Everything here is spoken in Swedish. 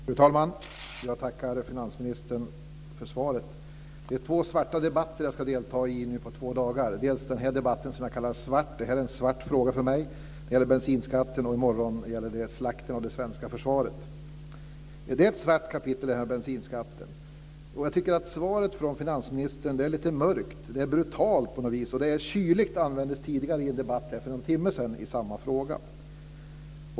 Fru talman! Jag tackar finansministern för svaret. Det är två svarta debatter jag ska delta i under två dagar. Dels är det dagens debatt, bensinskatten är en svart fråga för mig, dels i morgon då det är fråga om slakten av det svenska försvaret. Är bensinskatten ett svart kapitel? Svaret från finansministern är mörkt och brutalt. Ordet kyligt användes i en debatt i samma fråga för en timma sedan. Fru talman!